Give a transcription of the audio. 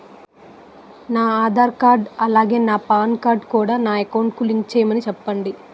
నా ఆధార్ కార్డ్ అలాగే PAN card కూడా నా అకౌంట్ కి లింక్ చేయమని చెప్పండి